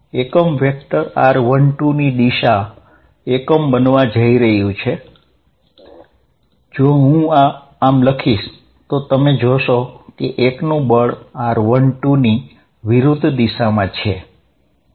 unit vector r12 એ એકમ દિશામાં હશે જો હું આ આમ લખીશ તો તમે જોશો કે 1 નું બળ r12 ની વિરુદ્ધ દિશામાં હશે